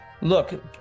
Look